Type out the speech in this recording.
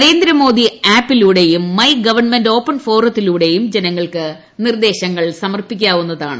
Narendra Modi ആപ്പിലൂടെയും my government open ഫോറത്തിലൂടെയും ജനങ്ങൾക്ക് നിർദ്ദേശങ്ങൾ സമർപ്പിക്കാവുന്നതാണ്